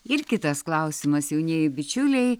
ir kitas klausimas jaunieji bičiuliai